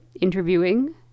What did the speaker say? interviewing